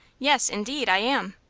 yes, indeed, i am.